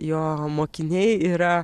jo mokiniai yra